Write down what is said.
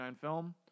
film